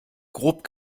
grob